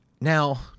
Now